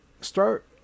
start